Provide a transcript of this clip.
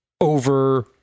over